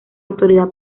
autoridad